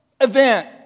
event